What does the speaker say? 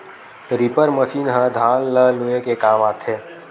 reaper machine ह धान ल लूए के काम आथे